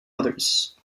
others